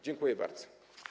Dziękuję bardzo.